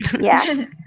Yes